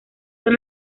son